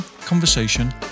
conversation